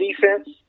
defense